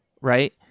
right